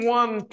one